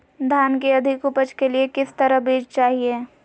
धान की अधिक उपज के लिए किस तरह बीज चाहिए?